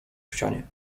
ścianie